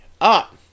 up